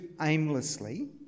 aimlessly